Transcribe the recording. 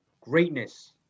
greatness